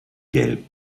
gelb